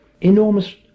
enormous